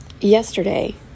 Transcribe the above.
yesterday